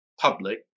public